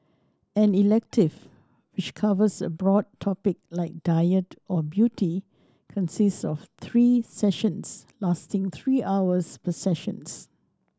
an elective which covers a broad topic like diet or beauty consists of three sessions lasting three hours per sessions